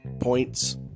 points